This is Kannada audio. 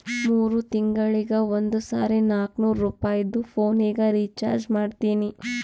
ಮೂರ್ ತಿಂಗಳಿಗ ಒಂದ್ ಸರಿ ನಾಕ್ನೂರ್ ರುಪಾಯಿದು ಪೋನಿಗ ರೀಚಾರ್ಜ್ ಮಾಡ್ತೀನಿ